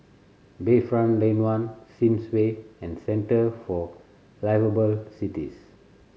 Bayfront Lane One Sims Way and Centre for Liveable Cities